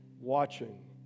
watching